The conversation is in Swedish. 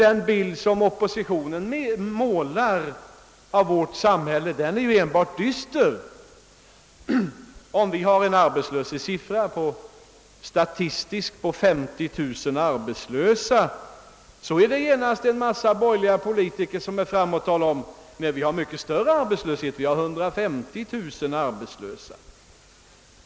Den bild som oppositionen målar av vårt samhälle är enbart dyster. Om vi har en statistisk arbetslöshet på 50 000 man, så talar genast ett antal borgerliga politiker om att arbetslösheten i själva verket är mycket större, nämligen 150 000 arbetslösa.